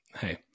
Hey